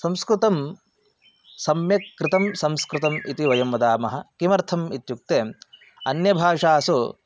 संस्कृतं सम्यक् कृतं संस्कृतम् इति वयं वदामः किमर्थम् इत्युक्ते अन्यभाषासु